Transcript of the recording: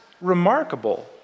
remarkable